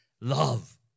love